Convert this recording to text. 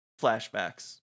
flashbacks